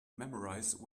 memorize